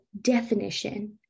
definition